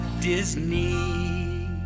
Disney